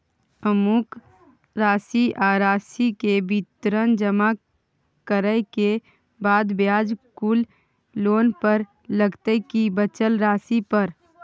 अमुक राशि आ राशि के विवरण जमा करै के बाद ब्याज कुल लोन पर लगतै की बचल राशि पर?